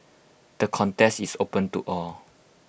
the contest is open to all